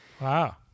Wow